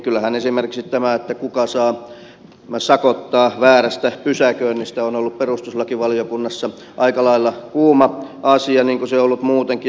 kyllähän esimerkiksi tämä kuka saa sakottaa väärästä pysäköinnistä on ollut perustuslakivaliokunnassa aika lailla kuuma asia niin kuin se on ollut muutenkin